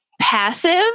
passive